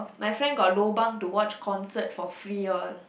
my friend got lobang to watch concert for free all